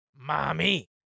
Mommy